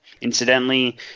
Incidentally